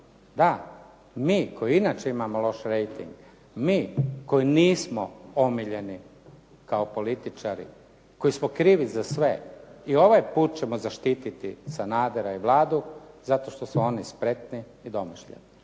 Da, mi koji inače imamo loš rejting, mi koji nismo omiljeni kao političari koji smo krivi za sve i ovaj put ćemo zaštititi Sanadera i Vladu zato što su oni spretni i domišljati.